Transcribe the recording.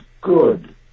good